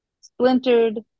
splintered